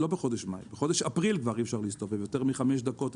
לא בחודש מאי בחודש אפריל כבר אי אפשר להסתובב יותר מחמש דקות,